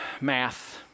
math